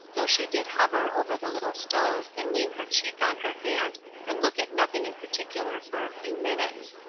though she did hover over the little stove and lean her cheek on her hand and look at nothing in particular for a few minutes.